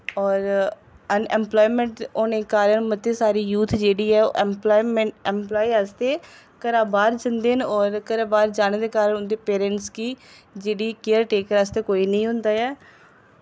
और अनइपलाएंमैंट होने कारण मती सारी यूथ जेह्ड़ी ऐ ओह् अनइपलाएंमैंट एमलाएं आस्तै घरा बाह्र जंदे न होर घरा बाह्र जाने दे कारण उंदे पेरैंटस गी जेह्ड़ी केयर टेकर वास्तै कोई निं होंदा ऐ